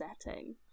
setting